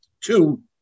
two